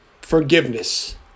forgiveness